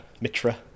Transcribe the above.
Mitra